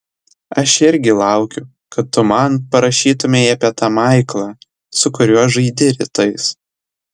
aš irgi laukiu kad tu man parašytumei apie tą maiklą su kuriuo žaidi rytais